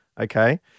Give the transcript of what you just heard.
Okay